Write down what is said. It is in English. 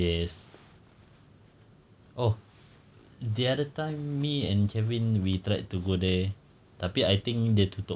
yes oh the other time me and kevin we tried to go there tapi I think dia tutup